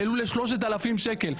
העלו ל-3,000 שקלים.